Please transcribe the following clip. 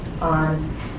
on